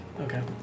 Okay